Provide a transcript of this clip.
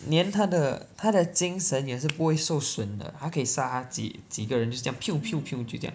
连他的他的精神也是不会受损的他可以杀他几几个人就是这样 就这样